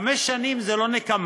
חמש שנים זה לא נקמה.